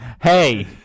Hey